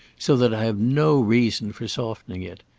so that i have no reason for softening it.